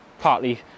partly